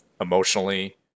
emotionally